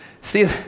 See